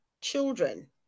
children